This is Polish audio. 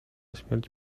śmierć